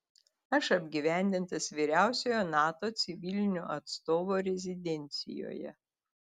aš apgyvendintas vyriausiojo nato civilinio atstovo rezidencijoje